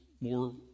more